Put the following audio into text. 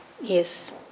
yes